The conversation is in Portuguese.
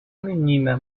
menina